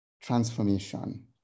transformation